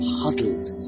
huddled